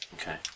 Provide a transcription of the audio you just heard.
Okay